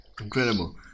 Incredible